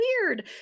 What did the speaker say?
weird